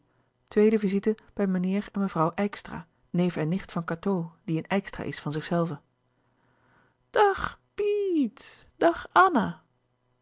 tweede visite bij meneer en mevrouw ijkstra neef en nicht van cateau die eene ijkstra is van zichzelve dag pie ie iet dag anna